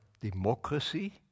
democracy